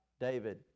David